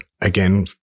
again